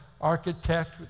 architect